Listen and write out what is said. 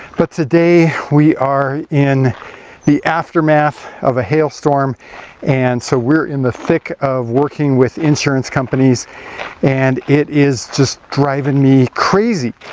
but today we are in the aftermath of a hail storm and so we're in the thick of working with insurance companies and it is just driving me crazy.